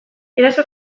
eraso